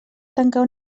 tancar